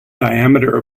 diameter